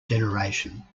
generation